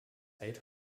eight